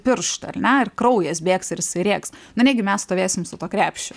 pirštą ar ne ir kraujas bėgs ir jisai rėks na negi mes stovėsim su tuo krepšiu